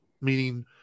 Meaning